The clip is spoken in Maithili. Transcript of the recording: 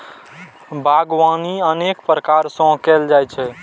बागवानी अनेक प्रकार सं कैल जाइ छै